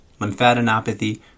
lymphadenopathy